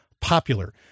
popular